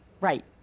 Right